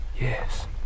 Yes